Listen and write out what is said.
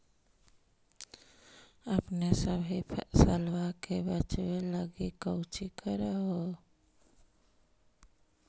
अपने सभी फसलबा के बच्बे लगी कौची कर हो?